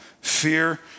Fear